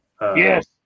Yes